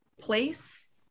place